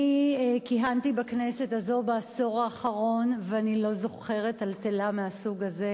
כיהנתי בכנסת הזאת בעשור האחרון ואני לא זוכרת טלטלה מהסוג הזה,